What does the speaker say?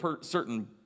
certain